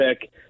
pick